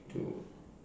to